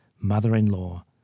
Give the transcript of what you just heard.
mother-in-law